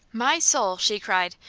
my soul! she cried,